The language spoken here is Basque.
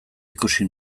ikusi